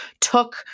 took